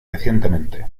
recientemente